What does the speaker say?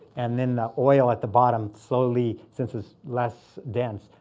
and then the oil at the bottom slowly, since it's less dense,